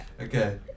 Okay